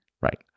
Right